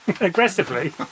aggressively